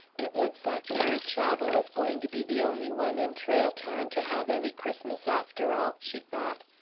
it looks like mary chavah was going to be the only one in trail town to have any christmas after all, she thought,